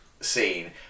scene